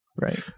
right